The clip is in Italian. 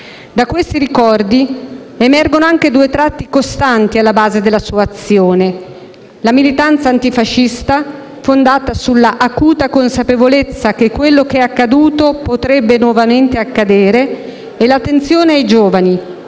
Da questi ricordi emergono anche due tratti costanti alla base della sua azione: la militanza antifascista, fondata sulla acuta consapevolezza che quello che è accaduto potrebbe nuovamente accadere, e l'attenzione ai giovani,